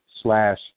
slash